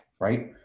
right